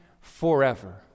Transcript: forever